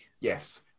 Yes